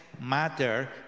matter